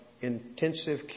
intensive